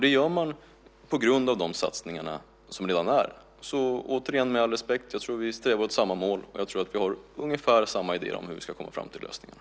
Det gör man på grund av de satsningar som redan finns. Återigen tror jag, med all respekt, att vi strävar mot samma mål och att vi har ungefär samma idéer om hur vi ska komma fram till lösningarna.